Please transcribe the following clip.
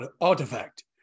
artifact